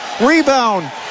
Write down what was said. rebound